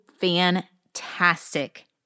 fantastic